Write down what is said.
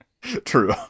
True